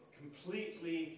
completely